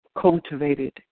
cultivated